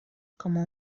como